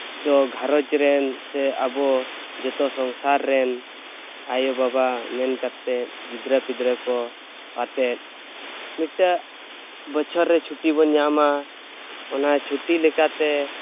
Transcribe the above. ᱫᱚ ᱜᱷᱟᱸᱨᱚᱡᱽᱨᱮᱱ ᱥᱮ ᱟᱵᱚ ᱡᱚᱛᱚ ᱥᱚᱝᱥᱟᱨ ᱨᱮᱱ ᱟᱭᱳᱼᱵᱟᱵᱟ ᱢᱮᱱᱠᱟᱛᱮᱫ ᱜᱤᱫᱽᱨᱟᱹ ᱯᱤᱫᱽᱨᱟᱹᱠᱚ ᱟᱛᱮᱫ ᱢᱤᱫᱴᱟᱜ ᱵᱚᱪᱷᱚᱨ ᱨᱮ ᱪᱷᱩᱴᱤᱵᱚᱱ ᱧᱟᱢᱟ ᱚᱱᱟ ᱪᱷᱩᱴᱤ ᱞᱮᱠᱟᱛᱮ